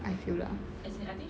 I feel lah